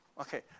okay